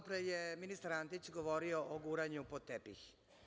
Malopre je ministar Antić govorio o guranju pod tepih.